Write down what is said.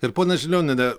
ir ponia žilioniene